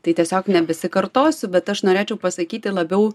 tai tiesiog nebesikartosiu bet aš norėčiau pasakyti labiau